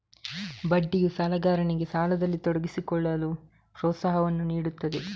ಬಡ್ಡಿಯು ಸಾಲಗಾರನಿಗೆ ಸಾಲದಲ್ಲಿ ತೊಡಗಿಸಿಕೊಳ್ಳಲು ಪ್ರೋತ್ಸಾಹವನ್ನು ನೀಡುತ್ತದೆ